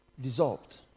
dissolved